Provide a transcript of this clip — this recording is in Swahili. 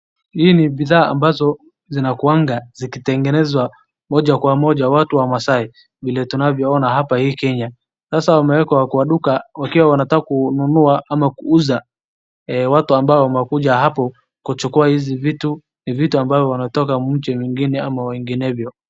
Hii ni bidhaa ambazo zinakuanga zikitengenezwa moja kwa moja watu wa masai vile tunavyoona hapa hii kenya. Sasa wamewekwa kwa duka wakiwa wanataka kununua ama kuuza, watu ambao wamekuja hapo kuchukua hizi vitu, ni vitu ambao umetoka mji mwingine ama wenginevyo.